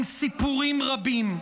עם סיפורים רבים.